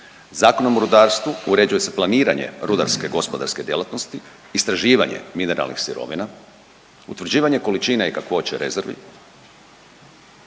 Zakonom o rudarstvu uređuje se planiranje rudarske gospodarske djelatnosti, istraživanje mineralnih sirovina, utvrđivanje količine i kakvoće rezervi.